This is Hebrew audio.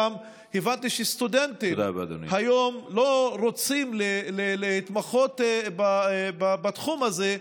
גם הבנתי שהיום סטודנטים לא רוצים להתמחות בתחום הזה,